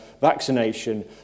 vaccination